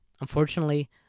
unfortunately